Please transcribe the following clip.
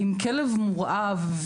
אם כלב מורעב,